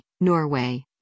Norway